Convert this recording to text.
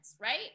right